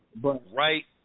Right